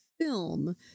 film